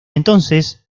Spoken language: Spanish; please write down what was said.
entonces